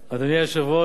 חברי חברי הכנסת,